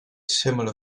similar